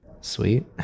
sweet